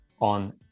on